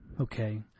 Okay